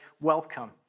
welcome